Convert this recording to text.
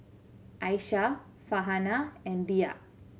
Aisyah Farhanah and Dhia